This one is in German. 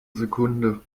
sekunde